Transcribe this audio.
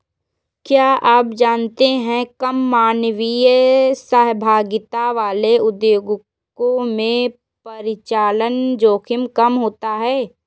क्या आप जानते है कम मानवीय सहभागिता वाले उद्योगों में परिचालन जोखिम कम होता है?